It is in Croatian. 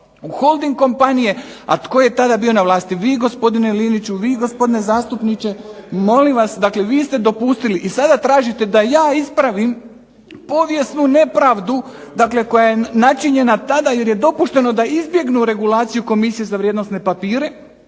holding kompanije, a tko je tada bio na vlasti? Vi gospodine Liniću, vi gospodine zastupniče. Molim vas, dakle vi ste dopustili i sada tražite da ja ispravim povijesnu nepravdu, dakle koja je načinjena tada jer je dopušteno da izbjegnu regulaciju Komisije za vrijednosne papire.